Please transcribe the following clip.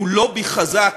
מול לובי חזק